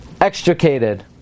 extricated